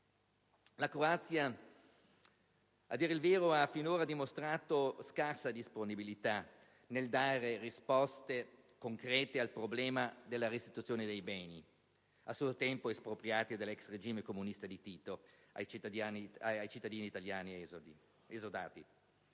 La Croazia, a dire il vero, ha finora dimostrato scarsa disponibilità nel dare risposte concrete al problema della restituzione dei beni a suo tempo espropriati dall'ex regime comunista di Tito ai cittadini italiani che